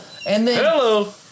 Hello